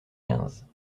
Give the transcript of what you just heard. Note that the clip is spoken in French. quinze